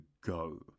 go